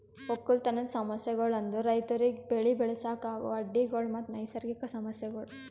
ಒಕ್ಕಲತನದ್ ಸಮಸ್ಯಗೊಳ್ ಅಂದುರ್ ರೈತುರಿಗ್ ಬೆಳಿ ಬೆಳಸಾಗ್ ಆಗೋ ಅಡ್ಡಿ ಗೊಳ್ ಮತ್ತ ನೈಸರ್ಗಿಕ ಸಮಸ್ಯಗೊಳ್